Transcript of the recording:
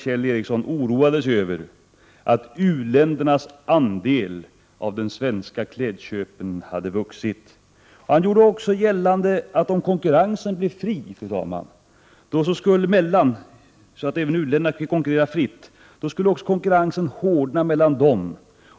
Kjell Ericsson oroades över att u-ländernas andel av de svenska klädköpen hade vuxit. Han gjorde också gällande att om konkurrensen blev fri så att även u-länderna fick konkurrera fritt skulle konkurrensen hårdna också mellan dem.